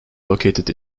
located